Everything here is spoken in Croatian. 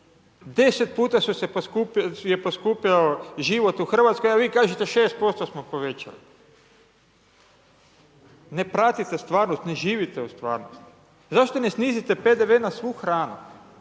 10 puta je poskupio život u Hrvatskoj, a vi kažete 6% smo povećali. Ne pratite stvarnost, ne živite u stvarnosti, zašto ne snizite PDV na svu hranu?